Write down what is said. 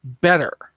better